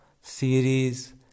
series